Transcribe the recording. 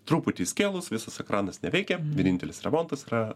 truputį įskėlus visas ekranas neveikia vienintelis remontas yra